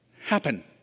happen